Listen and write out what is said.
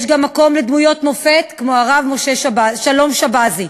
יש גם מקום לדמויות מופת כמו הרב שלום שבזי.